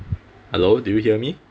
hello do you hear me